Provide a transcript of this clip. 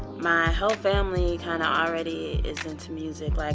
my whole family kind of already, is into music. like,